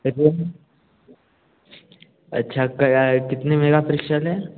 रोम अच्छा कराया कितने मेगा पिक्सल है